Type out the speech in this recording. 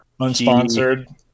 unsponsored